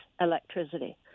electricity